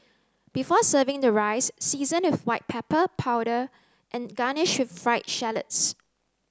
before serving the rice season with white pepper powder and garnish with fried shallots